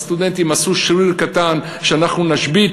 הסטודנטים עשו שריר קטן: אנחנו נשבית,